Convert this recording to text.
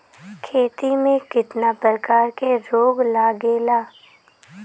खेती में कितना प्रकार के रोग लगेला?